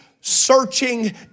searching